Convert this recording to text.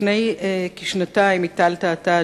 לפני כשנתיים הטלת אתה,